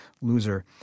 loser